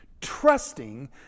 trusting